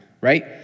right